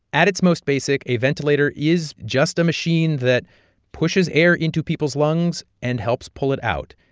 at its most basic, a ventilator is just a machine that pushes air into people's lungs and helps pull it out.